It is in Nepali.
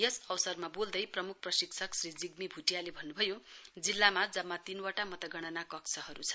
यस अवसरमा बोल्दै प्रमुख प्रशिक्षक श्री जिग्मी भुटियाले भन्नुभयो जिल्लामा जम्मा तीनवटा मतगणना कक्षहरू छन्